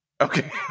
Okay